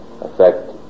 affect